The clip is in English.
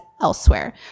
elsewhere